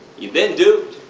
you've been duped.